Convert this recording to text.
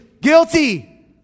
guilty